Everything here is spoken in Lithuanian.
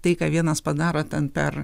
tai ką vienas padaro ten per